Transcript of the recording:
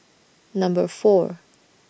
Number four